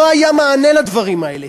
לא היה מענה לדברים האלה.